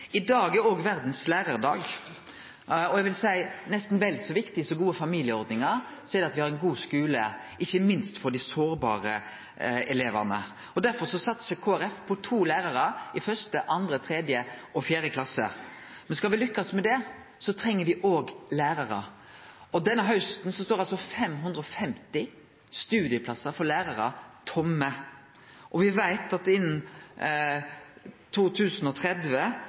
I dag er det Verdas lærardag. Eg vil seie at nesten vel så viktig som gode familieordningar er det at me har ein god skule, ikkje minst for dei sårbare elevane. Derfor satsar Kristeleg Folkeparti på to lærarar i 1., 2., 3. og 4. klasse. Men skal me lukkast med det, treng me lærarar. Denne hausten står 550 studieplassar for lærarar tomme, og me veit at innan 2030